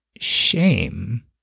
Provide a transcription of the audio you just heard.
shame